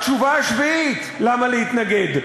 התשובה השביעית למה להתנגד,